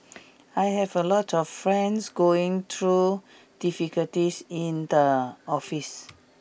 I have a lot of friends going through difficulties in the office